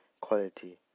quality